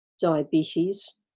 diabetes